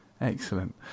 excellent